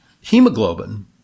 hemoglobin